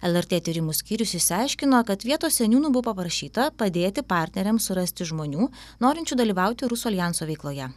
lrt tyrimų skyrius išsiaiškino kad vietos seniūnų buvo paprašyta padėti partneriams surasti žmonių norinčių dalyvauti rusų aljanso veikloje